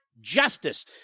justice